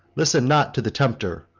listen not to the tempter,